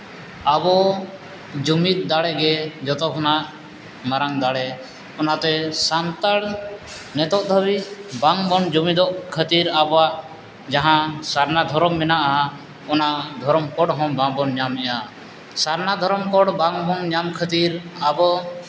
ᱟᱵᱚ ᱡᱩᱢᱤᱫ ᱫᱟᱲᱮ ᱜᱮ ᱡᱚᱛᱚ ᱠᱷᱚᱱᱟᱜ ᱢᱟᱨᱟᱝ ᱫᱟᱲᱮ ᱚᱱᱟᱛᱮ ᱥᱟᱱᱛᱟᱲ ᱱᱤᱛᱚᱜ ᱫᱷᱟᱹᱵᱤᱡ ᱵᱟᱝ ᱵᱚᱱ ᱡᱩᱢᱤᱫᱚᱜ ᱠᱷᱟᱹᱛᱤᱨ ᱟᱵᱚᱣᱟᱜ ᱡᱟᱦᱟᱸ ᱥᱟᱨᱱᱟ ᱫᱷᱚᱨᱚᱢ ᱢᱮᱱᱟᱜᱼᱟ ᱚᱱᱟ ᱫᱷᱚᱨᱚᱢ ᱠᱳᱰ ᱦᱚᱸ ᱵᱟᱝ ᱵᱚᱱ ᱧᱟᱢᱮᱜᱼᱟ ᱥᱟᱨᱱᱟ ᱫᱷᱚᱨᱚᱢ ᱠᱳᱰ ᱵᱟᱝ ᱵᱚᱱ ᱧᱟᱢ ᱠᱷᱟᱹᱛᱤᱨ ᱟᱵᱚ